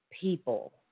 people